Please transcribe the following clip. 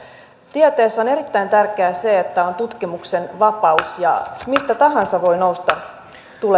tieteessä on erittäin tärkeää että on tutkimuksen vapaus mistä tahansa voi nousta